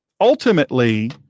ultimately